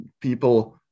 people